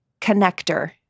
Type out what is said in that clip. Connector